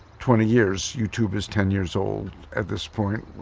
twenty years. youtube is ten years old at this point.